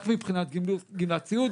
רק מבחינת גמלת סיעוד,